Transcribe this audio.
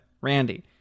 Randy